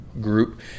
group